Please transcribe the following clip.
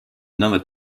another